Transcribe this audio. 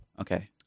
Okay